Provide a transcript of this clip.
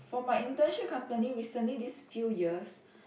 for my internship company recently these few years